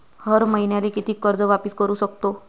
हर मईन्याले कितीक कर्ज वापिस करू सकतो?